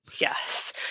Yes